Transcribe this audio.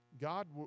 God